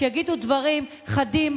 שיגידו דברים חדים,